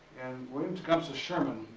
william tecumseh sherman,